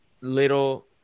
little